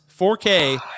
4K